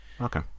Okay